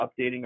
updating